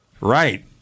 Right